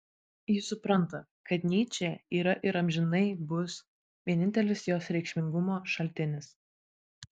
ji supranta kad nyčė yra ir amžinai bus vienintelis jos reikšmingumo šaltinis